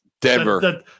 Denver